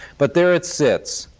but there it sits,